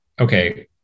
okay